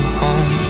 home